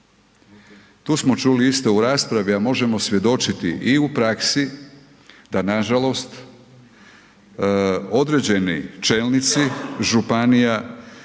Tu smo čuli isto u raspravi a možemo svjedočiti i u praksi da nažalost određeni čelnici županija